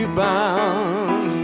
bound